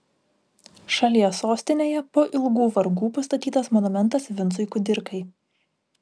šalies sostinėje po ilgų vargų pastatytas monumentas vincui kudirkai